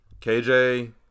KJ